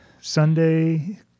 Sunday